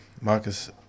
Marcus